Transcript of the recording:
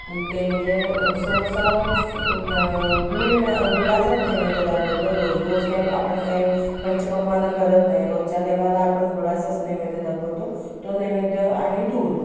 ते म्हणजे सहसा स गुळ न गुळाचाच नैवेद्य दाखवतो रोज रोज काय आपण काय पंचपक्वान्न करत नाही रोजच्या देवाला आपण गुळाचाच नैवेद्य दाखवतो तो नैवेद्य आणि दूध